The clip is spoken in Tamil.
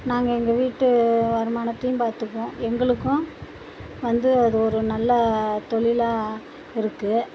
நாங்கள் எங்கள் வீட்டு வருமானத்தையும் பார்த்துக்குவோம் எங்களுக்கும் வந்து அது ஒரு நல்ல தொழிலா இருக்குது